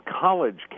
college